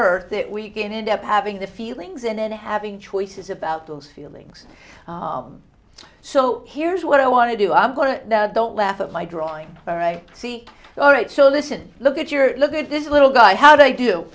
earth that we can end up having the feelings and then having choices about those feelings so here's what i want to do i'm going to don't laugh at my drawing see all right so listen look at your look at this little guy how do i do